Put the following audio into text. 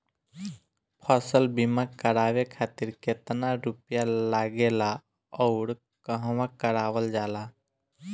फसल बीमा करावे खातिर केतना रुपया लागेला अउर कहवा करावल जाला?